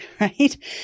right